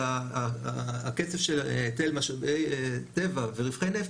הכסף של היטל משאבי טבע ורווחי נפט